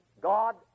God